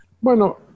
Bueno